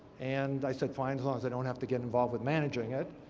and i said fine, as long as i don't have to get involved with managing it.